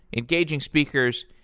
engaging speakers,